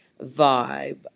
vibe